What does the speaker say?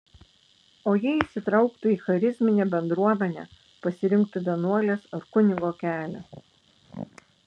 o jei įsitrauktų į charizminę bendruomenę pasirinktų vienuolės ar kunigo kelią